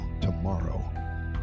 tomorrow